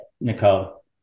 nicole